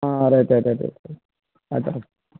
ಹಾಂ right right right right ಆಯ್ತು ಆಯ್ತು